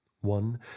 One